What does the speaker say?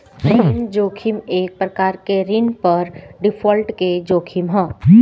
ऋण जोखिम एक प्रकार के ऋण पर डिफॉल्ट के जोखिम ह